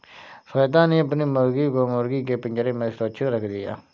श्वेता ने अपनी मुर्गी को मुर्गी के पिंजरे में सुरक्षित रख दिया